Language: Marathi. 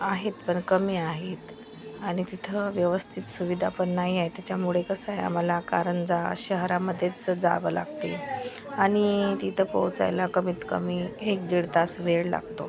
आहेत पण कमी आहेत आणि तिथं व्यवस्थित सुविधापण नाहीये त्याच्यामुळे कसं आहे आम्हाला कारंजा शहरामध्येच जावं लागते आणि तिथं पोहोचायला कमीत कमी एक दीड तास वेळ लागतो